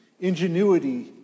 ingenuity